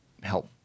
help